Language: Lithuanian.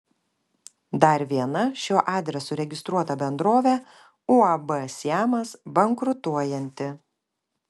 dar viena šiuo adresu registruota bendrovė uab siamas bankrutuojanti